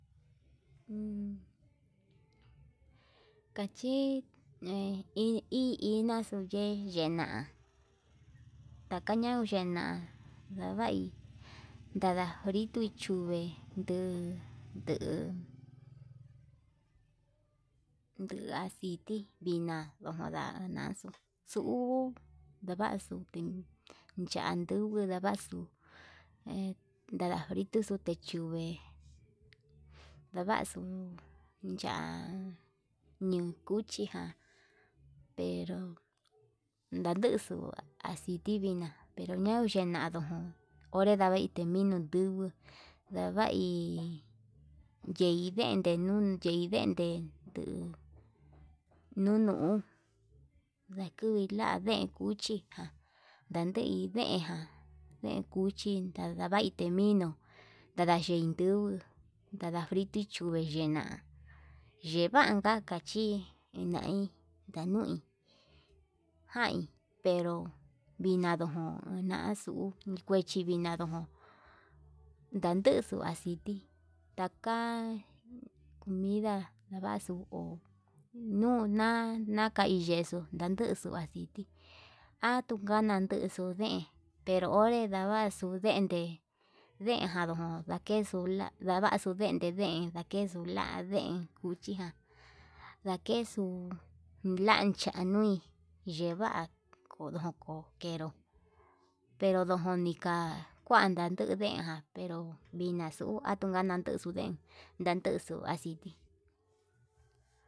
Un kachi chinaxu kui hi i yena'a tanui yena ndava'i, kada fritoi chún vee ndun nduu, ndu aciti vina nuna naxuu xunguu ndavaxu yanduju ndavaxu he nada fritoxo teyungue ndañaxu ya'a ñuu cuchiján pero ndanduxu aciti vina pero ñaun yenadu jun, onre ndavai nininu ndunguu ndavai ndeyende nuu ndeyende nduu nunuu lakui la deen cuchi ján, ndadei deen ján dee cuchi tadadai ndevino tadajin ndunguu tada frito chuvee yena'a yevanka kachui yenai, jain pero dinaguu njun ndinaxu kuechi vinaxu ndanduxu aciti takan ninda ndaxuu uu nuna, kai yexuu ndanduu nda'a viku atukan ndandexu deen te onre ndavaxu ndente deenjaru ndakexuu nda'a, ndavaxu dakene deen lakexu nda'a deen cuchi ján lakexuu lanchanui yeva'a kodo kokenró pero dojonika kuan ndandu dee jan pero inaxu atukanadexu deen, ndanuxu aciti.